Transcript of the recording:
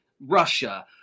Russia